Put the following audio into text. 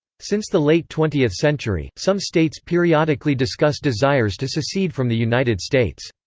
since the late twentieth century, some states periodically discuss desires to secede from the united states.